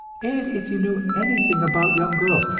and if you know anything about young girls,